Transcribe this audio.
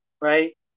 right